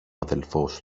αδελφός